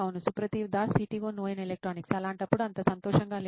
సుప్రతీవ్ Das CTO నోయిన్ electronics అలాంటప్పుడు అంత సంతోషంగా లేడు